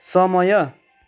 समय